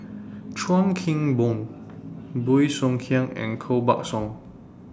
Chuan Keng Boon Bey Soo Khiang and Koh Buck Song